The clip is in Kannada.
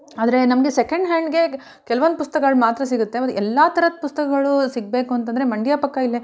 ಆದರೆ ನಮಗೆ ಸೆಕೆಂಡ್ ಹ್ಯಾಂಡ್ಗೇ ಕೆಲ್ವೊಂದು ಪುಸ್ತಕ್ಗಳು ಮಾತ್ರ ಸಿಗುತ್ತೆ ಮತ್ತು ಎಲ್ಲ ಥರದ್ದು ಪುಸ್ತಕಗಳೂ ಸಿಗಬೇಕು ಅಂತ ಅಂದ್ರೆ ಮಂಡ್ಯ ಪಕ್ಕ ಇಲ್ಲೇ